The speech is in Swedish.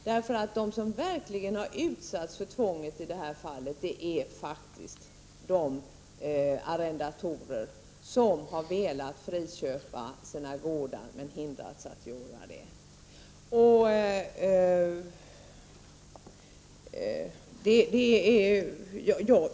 De som verkligen har utsatts för tvånget är faktiskt de arrendatorer som har velat friköpa sina gårdar men hindrats att göra det.